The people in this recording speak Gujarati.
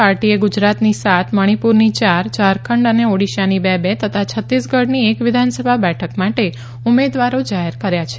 પાર્ટીએ ગુજરાતની સાત મણીપુરની યાર ઝારખંડ અને ઓડીશાની બે બે તથા છત્તીસગઢની એક વિધાનસભા બેઠક માટે ઉમેદવારો જાહેર કર્યા છે